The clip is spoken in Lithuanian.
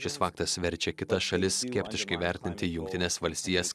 šis faktas verčia kitas šalis skeptiškai vertinti jungtines valstijas